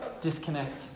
disconnect